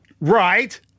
right